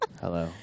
Hello